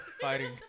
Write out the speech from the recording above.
Fighting